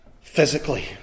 Physically